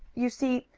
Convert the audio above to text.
you see,